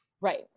right